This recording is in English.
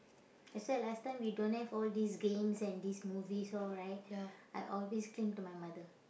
except last time we don't have all these games and these movies all right I always cling to my mother